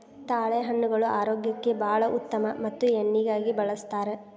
ತಾಳೆಹಣ್ಣುಗಳು ಆರೋಗ್ಯಕ್ಕೆ ಬಾಳ ಉತ್ತಮ ಮತ್ತ ಎಣ್ಣಿಗಾಗಿ ಬಳ್ಸತಾರ